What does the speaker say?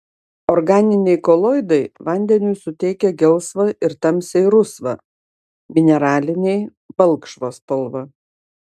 organiniai koloidai vandeniui suteikia gelsvą ir tamsiai rusvą mineraliniai balkšvą spalvą